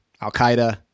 Al-Qaeda